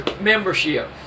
membership